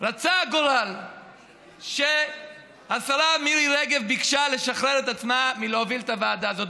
רצה הגורל שהשרה מירי רגב ביקשה לשחרר את עצמה מלהוביל את הוועדה הזאת.